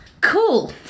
cool